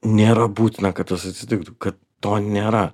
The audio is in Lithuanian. nėra būtina kad tas atsitiktų kad to nėra